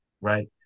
right